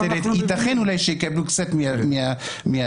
ייתכן אולי שיקבלו קצת מהכסף,